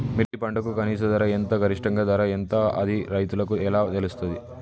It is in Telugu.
మిర్చి పంటకు కనీస ధర ఎంత గరిష్టంగా ధర ఎంత అది రైతులకు ఎలా తెలుస్తది?